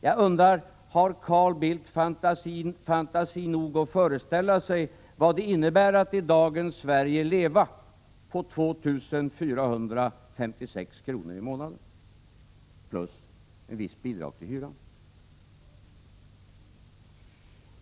Jag undrar: Har Carl Bildt fantasi nog att föreställa sig vad det innebär att i dagens Sverige leva på 2 456 kr. i månaden plus ett visst bidrag till hyran?